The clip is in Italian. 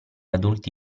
adulti